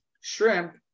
shrimp